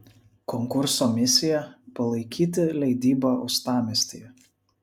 konkurso misija palaikyti leidybą uostamiestyje